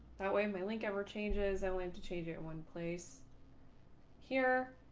that way, my link ever changes, i want to change it in one place here,